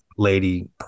Lady